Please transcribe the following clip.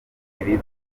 ibi